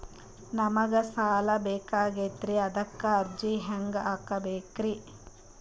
ನಮಗ ಸಾಲ ಬೇಕಾಗ್ಯದ್ರಿ ಅದಕ್ಕ ಅರ್ಜಿ ಹೆಂಗ ಹಾಕಬೇಕ್ರಿ?